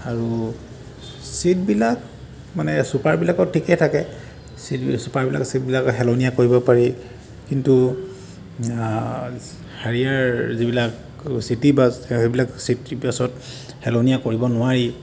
আৰু ছীটবিলাক মানে ছুপাৰবিলাকত ঠিকে থাকে ছুপাৰবিলাকৰ ছীটবিলাক হেলনীয়া কৰিব পাৰি কিন্তু হেৰিয়াৰ যিবিলাক চিটি বাছ সেইবিলাক চিটি বাছত হেলনীয়া কৰিব নোৱাৰি